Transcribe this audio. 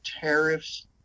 tariffs